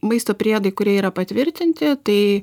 maisto priedai kurie yra patvirtinti tai